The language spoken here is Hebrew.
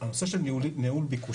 הנושא של ניהול ביקושים,